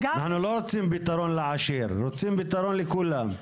אנחנו לא רוצים פתרון לעשיר, רוצים פתרון לכולם.